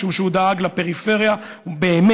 משום שהוא דאג לפריפריה באמת,